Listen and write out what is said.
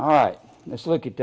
all right let's look at